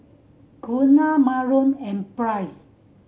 Gunnar Myron and Price